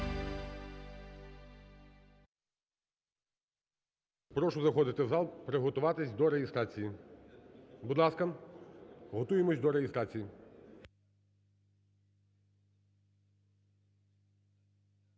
Прошу заходити в зал приготуватись до реєстрації. Будь ласка, готуємось до реєстрації.